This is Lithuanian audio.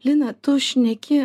lina tu šneki